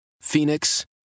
Phoenix